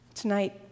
Tonight